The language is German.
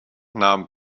nahm